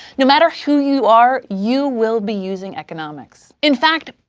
no matter who you are, you will be using economics. in fact,